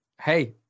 Hey